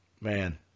Man